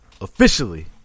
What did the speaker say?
Officially